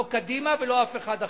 לא קדימה ולא אף אחד אחר,